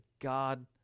God